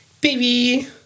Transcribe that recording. baby